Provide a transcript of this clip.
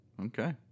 Okay